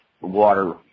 water